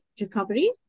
recovery